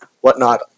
whatnot